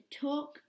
talk